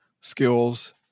skills